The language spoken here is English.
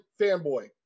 fanboy